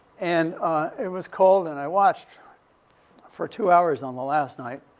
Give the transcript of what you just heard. and it was cold. and i watched for two hours on the last night.